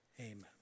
Amen